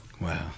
wow